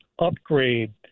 upgrade